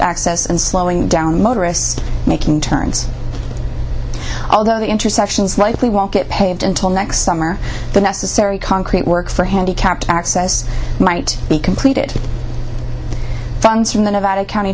access and slowing down motorists making turns although the intersections likely won't get paid until next summer the necessary concrete work for handicapped access might be completed in the nevada county